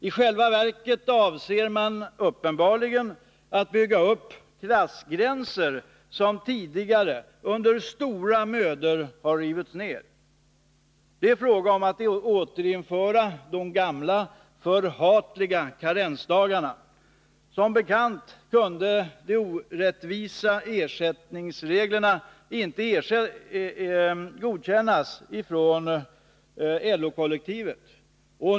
I själva verket avser man uppenbarligen att bygga upp klassgränser som tidigare under stora mödor rivits ned. Det är fråga om att återinföra de gamla förhatliga karensdagarna. Som bekant kunde de orättvisa ersättningsreglerna inte godtas av LO-kollektivet.